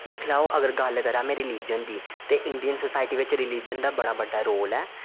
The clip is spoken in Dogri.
अगर गल्ल करां में रिलिजन दी ते इंडियन सोसाइटी बिच रिलीजन दा बड़ा बड्डा रोल ऐ